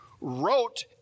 wrote